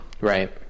Right